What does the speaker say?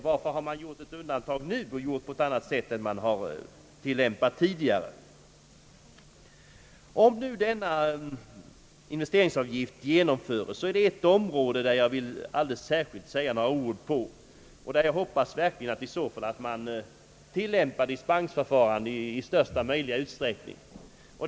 Varför har man nu gjort undantag och föreslagit en annan princip än den man tidigare tillämpat? Om nu denna investeringsavgift genomförts, vill jag framhålla att det finns ett område där jag hoppas att ett dispensförfarande i största möjliga utsträckning skall tillämpas.